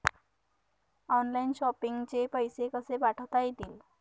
Online shopping चे पैसे कसे पाठवता येतील?